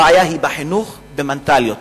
הבעיה היא בחינוך ובמנטליות,